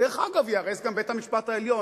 דרך אגב ייהרס גם בית-המשפט העליון.